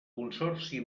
consorci